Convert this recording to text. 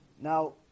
Now